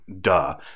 Duh